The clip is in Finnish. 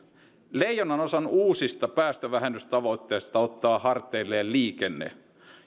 leijonanosan uusista päästövähennystavoitteista ottaa harteilleen liikenne